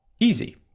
easy!